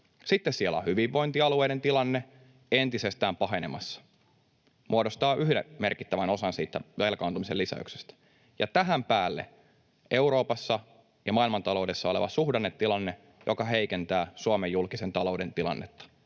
Sitten siellä on hyvinvointialueiden tilanne entisestään pahenemassa, muodostaa yhden merkittävän osan siitä velkaantumisen lisäyksestä, ja tähän päälle Euroopassa ja maailmantaloudessa oleva suhdannetilanne, joka heikentää Suomen julkisen talouden tilannetta